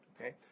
okay